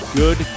good